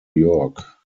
york